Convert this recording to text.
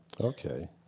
Okay